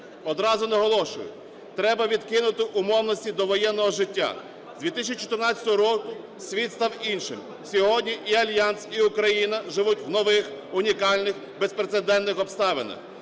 Одразу наголошую, треба відкинути умовності довоєнного життя. З 2014 року світ став іншим. Сьогодні і Альянс, і Україна живуть у нових унікальних безпрецедентних обставинах.